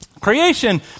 Creation